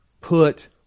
put